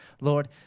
Lord